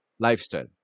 Lifestyle